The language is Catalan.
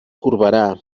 corberà